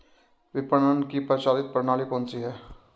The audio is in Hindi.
विपणन की प्रचलित प्रणाली कौनसी है?